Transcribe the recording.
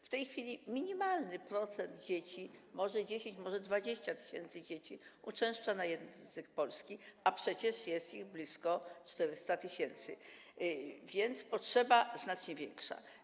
W tej chwili minimalny procent dzieci, może 10, może 20 tys. dzieci, uczęszcza na lekcje języka polskiego, a przecież jest ich blisko 400 tys., więc potrzeba jest znacznie większa.